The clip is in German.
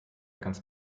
ganz